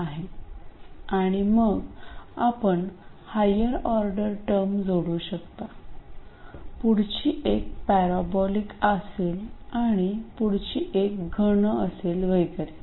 आणि मग आपण हायर ऑर्डर टर्म जोडू शकता पुढची एक पेराबोलिक असेल आणि पुढची एक घन असेल वगैरे